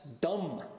dumb